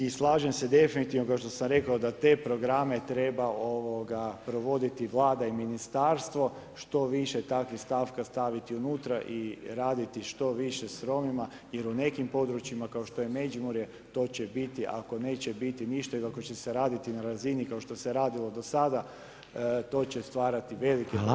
I slažem se definitivno kao što sam rekao da te programe treba provoditi Vlada i ministarstvo, što više takvih stavki staviti unutra i raditi što više s Romima jer u nekim područjima kao što je Međimurje to će biti ako neće biti ništa ili ako će se raditi na razini kao što se radilo do sada to će stvarati velike probleme u budućnosti.